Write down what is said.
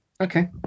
Okay